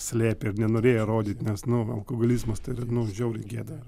slėpė ir nenorėjo rodyt nes nu alkoholizmas tai yra nu žiauriai gėda